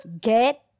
get